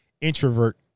introvert